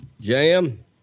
jam